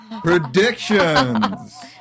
predictions